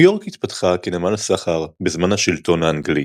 ניו יורק התפתחה כנמל סחר בזמן השלטון האנגלי.